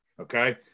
okay